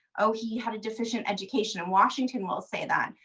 oh, he had a deficient education and washington will say that.